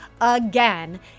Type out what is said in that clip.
again